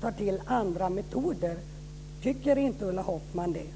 ta till andra metoder. Tycker inte Ulla Hoffmann det?